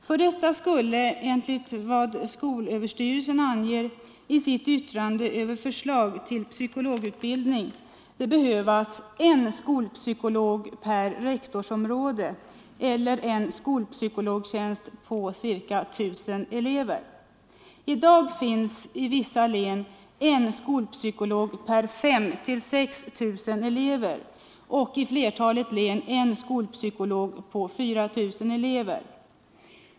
För detta skulle det enligt vad skolöverstyrelsen anger i sitt yttrande över förslaget till psykologutbildning behövas en skolpsykolog per rektorsområde eller en skolpsykologtjänst på ca 1 000 elever. I dag finns i vissa län en skolpsykolog per 5 000—6 000 elever, och i flertalet län en skolpsykolog per 4 000 elever.